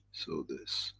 so this.